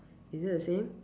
is it the same